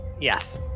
Yes